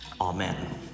Amen